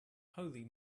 holy